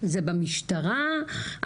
זה במשטרה,